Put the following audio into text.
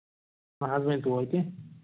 نہ حظ وَنۍ تو